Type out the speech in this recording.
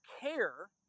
care